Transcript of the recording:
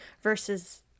versus